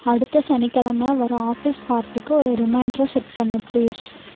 அடுத்த சனிக்கிழம வர ஆஃபீஸ் பார்ட்டிக்கு ஒரு ரிமைன்டரை செட் பண்ணு ப்ளீஸ்